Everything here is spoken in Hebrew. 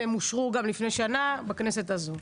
והן אושרו גם לפני שנה בכנסת הזו.